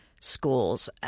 schools